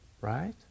right